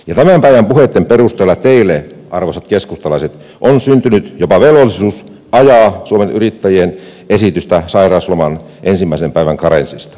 tämän päivän puheitten perusteella teille arvoisat keskustalaiset on syntynyt jopa velvollisuus ajaa suomen yrittäjien esitystä sairausloman ensimmäisen päivän karenssista